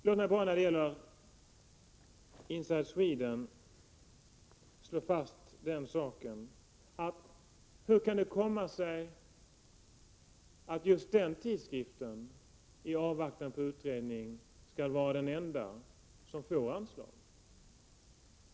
Låt mig bara när det gäller Inside Sweden fråga: Hur kan det komma sig att just den tidskriften i avvaktan på utredning skall vara den enda som får anslag?